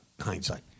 hindsight